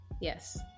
yes